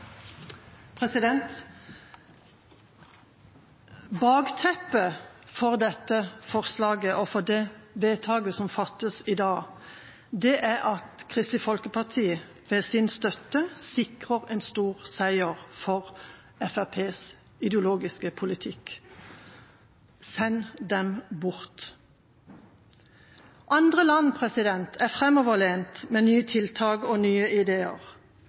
Bakteppet for dette forslaget og for det vedtaket som fattes i dag, er at Kristelig Folkeparti med sin støtte sikrer en stor seier for Fremskrittspartiets ideologiske politikk: Send dem bort. Andre land er framoverlent, med nye tiltak og nye ideer.